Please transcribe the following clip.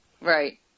Right